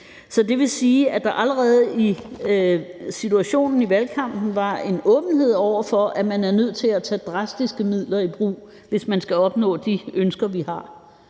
Så det vil sige, at der allerede i situationen i valgkampen var en åbenhed over for, at man er nødt til at tage drastiske midler i brug, hvis man skal opnå de ønsker, vi har.